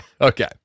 Okay